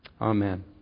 Amen